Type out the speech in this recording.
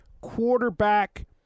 quarterback